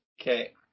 Okay